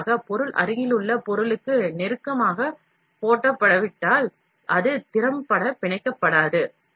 கூடுதலாக பொருள் அருகிலுள்ள பொருளுக்கு நெருக்கமாக போடப்படாவிட்டால் அது திறம்பட பிணைக்கப்படாது